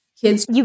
kids